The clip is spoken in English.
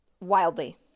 wildly